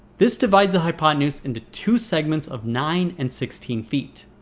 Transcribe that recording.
this divides the hypotenuse into two segments of nine and sixteen feet.